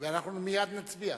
ואנחנו מייד נצביע.